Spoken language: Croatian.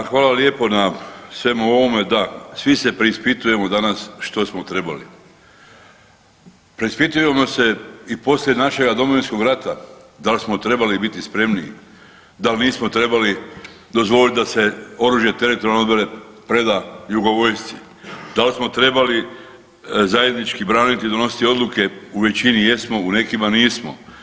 Pa hvala lijepo na svemu ovome, da svi se preispitujemo danas što smo trebali, preispitujemo se i poslije našega Domovinskog rata dal smo trebali biti spremniji, dal nismo trebali dozvolit da se oružje teritorijalne obrane preda jugo vojsci, dal smo trebali zajednički braniti i donositi odluke, u većini jesmo u nekima nismo.